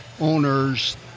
owners